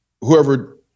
whoever